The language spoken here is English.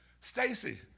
Stacy